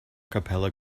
capella